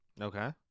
Okay